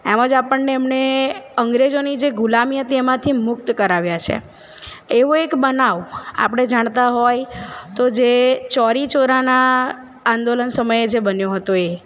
એમ જ આપણને એમણે અંગ્રેજોની જે ગુલામી હતી એમાંથી મુક્ત કરાવ્યા છે એવો એક બનાવ આપણે જાણતા હોય તો જે ચૌરીચોરાના આંદોલન સમયે જે બન્યો હતો એ